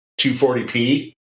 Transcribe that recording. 240p